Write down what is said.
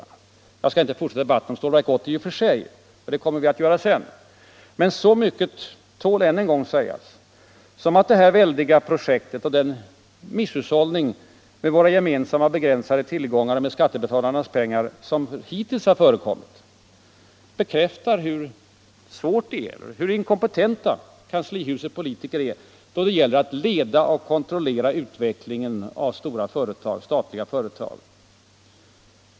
Nr 78 Jag skall inte fortsätta debatten om Stålverk 80 i och för sig — det kommer Onsdagen den vi att göra senare — men så mycket tål än en gång att sägas som att 10 mars 1976 det här väldiga projektet och den misshushållning med våra gemensam ma, begränsade tillgångar och med skattebetalarnas pengar som hittills Finansdebatt har förekommit bekräftar hur inkompetenta kanslihusets politiker är då det gäller att leda och kontrollera utvecklingen av stora statliga företag.